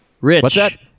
Rich